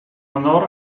honor